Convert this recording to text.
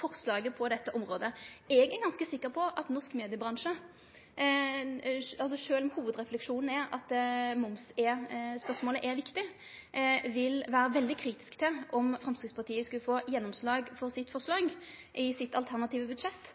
forslaget på dette området. Eg er ganske sikker på at sjølv om hovudrefleksjonen er at e-momsspørsmålet er viktig, vil norsk mediebransje vere veldig kritisk om Framstegspartiet skulle få gjennomslag for sitt forslag om vesentlege kutt i pressestøtteordninga i sitt alternative budsjett